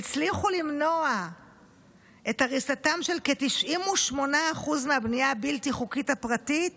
הצליחו למנוע את הריסתם של כ-98% מהבנייה הבלתי-חוקית הפרטית